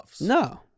No